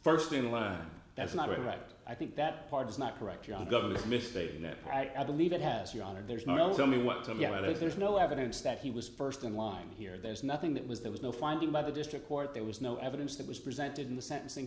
first in line that's not right and i think that part is not correct your government mistake that i believe it has your honor there's not only want to yeah there's no evidence that he was first in line here there's nothing that was there was no finding by the district court there was no evidence that was presented in the sentencing